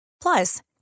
Plus